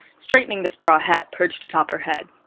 straightening the straw hat perched atop her head.